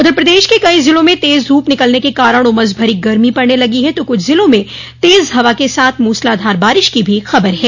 उधर प्रदेश के कई जिलों में तेज धूप निकलने के कारण उमस भरी गर्मी पड़ने लगी है तो कुछ जिलों में तेज हवा के साथ मूसलाधार बारिश की भी खबर है